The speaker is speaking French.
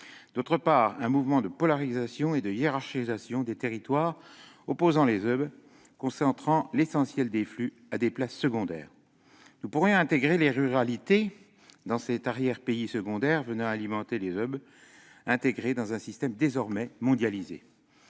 d'autre part, un mouvement de polarisation et de hiérarchisation des territoires opposant des hubs concentrant l'essentiel des flux à des places secondaires. Nous pourrions intégrer les ruralités dans cet arrière-pays secondaire venant alimenter des hubs intégrés dans un système désormais mondialisé.